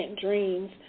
dreams